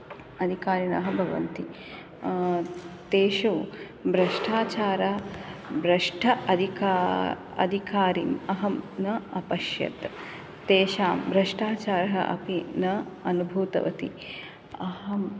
अधिकारिणः भवन्ति तेषु भ्रष्टाचार भ्रष्ट अधिका अधिकारिम् अहं न अपश्यत् तेषां भ्रष्टाचारः अपि न अनुभूतवती अहं